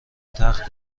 تخت